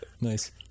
Nice